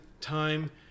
time